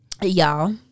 y'all